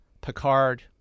Picard